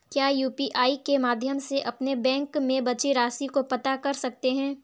क्या यू.पी.आई के माध्यम से अपने बैंक में बची राशि को पता कर सकते हैं?